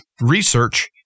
research